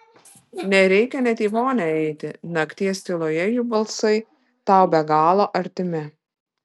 nereikia net į vonią eiti nakties tyloje jų balsai tau be galo artimi